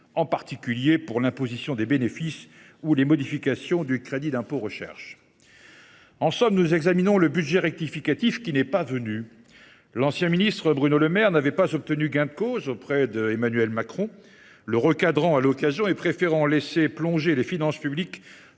en particulier des modifications de l’imposition des bénéfices ou du crédit d’impôt recherche. En somme, nous examinons le budget rectificatif qui n’est pas venu. L’ancien ministre Bruno Le Maire n’avait pas obtenu gain de cause auprès d’Emmanuel Macron, ce dernier le recadrant à l’occasion et préférant laisser plonger les finances publiques